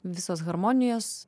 visos harmonijos